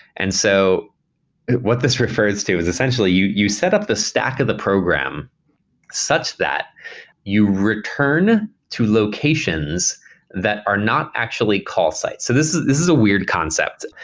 and so what this refers to is essentially you you set up the stack of the program such that you return to locations that are not actually call sites. so this this is a weird concept.